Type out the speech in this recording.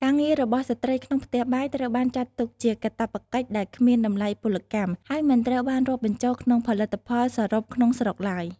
ការងាររបស់ស្ត្រីក្នុងផ្ទះបាយ ត្រូវបានចាត់ទុកជាកាតព្វកិច្ចដែលគ្មានតម្លៃពលកម្ម ហើយមិនត្រូវបានរាប់បញ្ចូលក្នុងផលិតផលសរុបក្នុងស្រុកឡើយ។